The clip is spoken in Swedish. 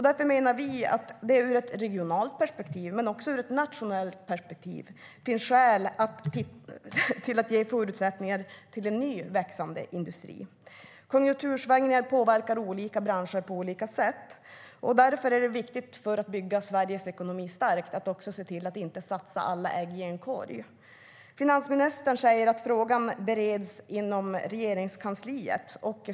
Därför menar vi att det ur ett regionalt perspektiv men också ur ett nationellt perspektiv finns skäl att skapa förutsättningar för en ny växande industri. Konjunktursvängningar påverkar olika branscher på olika sätt. Därför är det viktigt att man för att bygga en stark svensk ekonomi ser till att inte lägga alla ägg i samma korg. Finansministern säger att frågan bereds inom Regeringskansliet.